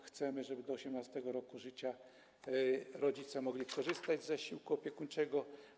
Chcemy, żeby do 18. roku życia rodzice mogli korzystać z zasiłku opiekuńczego.